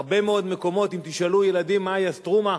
הרבה מאוד מקומות, אם תשאלו ילדים מהי "סטרומה"?